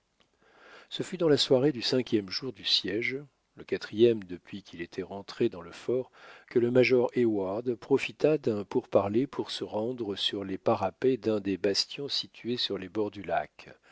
ce fut dans la soirée du cinquième jour du siège le quatrième depuis qu'il était rentré dans le fort que le major heyward profita d'un pourparler pour se rendre sur les parapets d'un des bastions situés sur les bords du lac